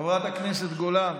חברת הכנסת גולן.